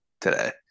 today